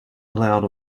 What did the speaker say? allowed